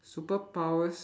superpowers